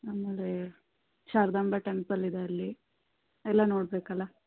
ಆಮೇಲೆ ಶಾರದಾಂಬ ಟೆಂಪಲ್ ಇದೆ ಅಲ್ಲಿ ಎಲ್ಲ ನೋಡಬೇಕಲ್ಲ